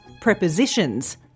prepositions